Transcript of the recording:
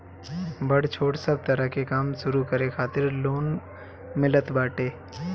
बड़ छोट सब तरह के काम शुरू करे खातिर लोन मिलत बाटे